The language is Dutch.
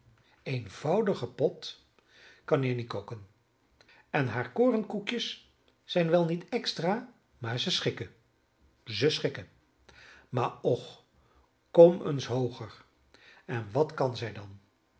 eenvoudigen pot kan jenny koken en hare korenkoekjes zijn wel niet extra maar zij schikken zij schikken maar och kom eens hooger en wat kan zij dan